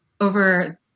over